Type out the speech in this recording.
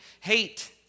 hate